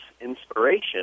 inspiration